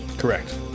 Correct